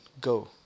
go